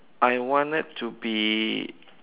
I wanted to be